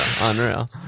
unreal